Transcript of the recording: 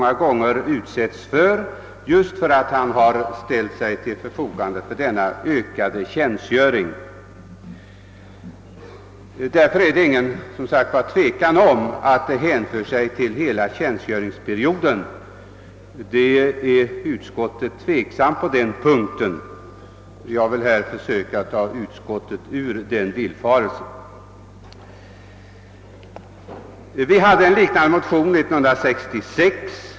Det är också ersättning för det inkomstbortfall som han ofta åsamkas just på grund av att han åtagit sig ökad militärtjänstgöring. Det råder därför inget tvivel om att premien hänför sig till hela tjänstgöringsperioden. Utskottet är tveksamt på denna punkt, men jag vill försöka att nu ta dem som står bakom utskottets mening på denna punkt ur den villfarelsen. Det förelåg en liknande motion 1966.